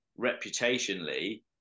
reputationally